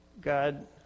God